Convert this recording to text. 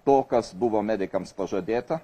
to kas buvo medikams pažadėta